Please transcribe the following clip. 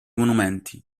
monumenti